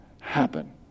happen